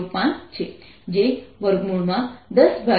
05 છે જે 100